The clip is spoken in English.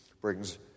brings